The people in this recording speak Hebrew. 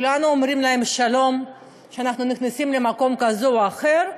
כולנו אומרים להם שלום כשאנחנו נכנסים למקום כזה או אחר,